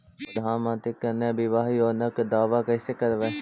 प्रधानमंत्री कन्या बिबाह योजना के दाबा कैसे करबै?